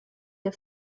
der